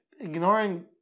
Ignoring